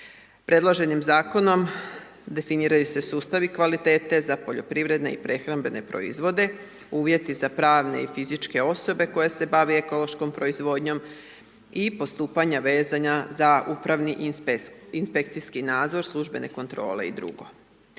Predloženim Zakonom definiraju se sustavi kvalitete za poljoprivredne i prehrambene proizvode, uvjeti za pravne i fizičke osobe koje se bave ekološkom proizvodnjom i postupanja vezana za upravni inspekcijski nadzor službene kontrole i drugo.